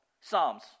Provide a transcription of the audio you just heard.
Psalms